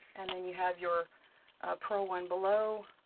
and then you have your purl one below.